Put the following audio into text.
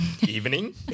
evening